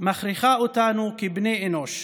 מכריחה אותנו כבני אנוש